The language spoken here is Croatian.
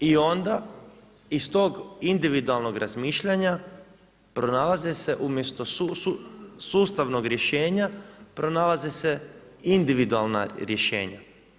I onda iz tog individualnog razmišljanja pronalaze se umjesto sustavno rješenja, pronalaze se individualna rješenja.